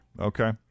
okay